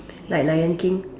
like lion King